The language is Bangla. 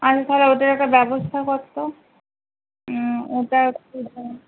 আচ্ছা তাহলে ওইটার একটা ব্যবস্থা কর তো ওটা একটু